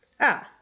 Ah